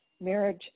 marriage